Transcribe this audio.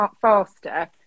faster